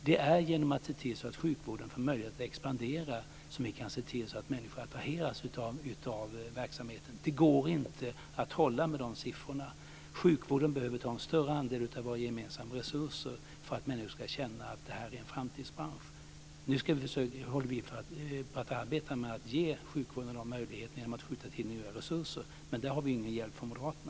Det är genom att se till att sjukvården får möjligheter att expandera som vi kan se till att människor attraheras av verksamheten. Det går inte att trolla med siffrorna. Sjukvården behöver ta en större andel av våra gemensamma resurser för att människor ska känna att det här är en framtidsbransch. Nu håller vi på att arbeta med att ge sjukvården den möjligheten genom att skjuta till nya resurser, men där har vi ingen hjälp från moderaterna.